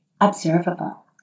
observable